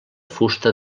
fusta